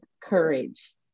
courage